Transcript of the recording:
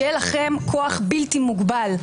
שיהיה לכם כוח בלתי מוגבל.